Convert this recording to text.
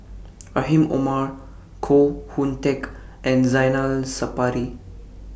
Rahim Omar Koh Hoon Teck and Zainal Sapari